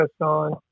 on